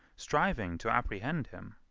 striving to apprehend him.